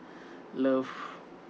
love